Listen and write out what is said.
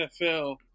NFL